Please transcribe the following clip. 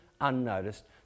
unnoticed